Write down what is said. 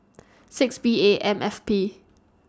six B A M F P